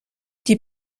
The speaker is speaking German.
die